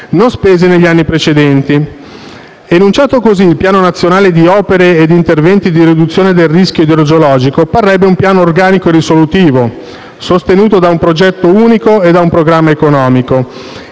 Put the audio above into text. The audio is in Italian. non spesi negli anni precedenti. Enunciato così, il Piano nazionale di opere e di interventi di riduzione del rischio idrogeologico parrebbe un piano organico risolutivo, sostenuto da un progetto unico e da un programma economico.